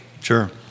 Sure